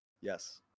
Yes